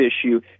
issue